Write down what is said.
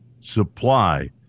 supply